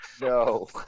no